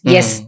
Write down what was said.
Yes